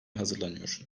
hazırlanıyor